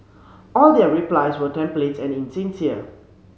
all their replies were templates and insincere